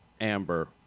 Amber